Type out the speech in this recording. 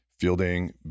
Fielding